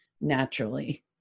naturally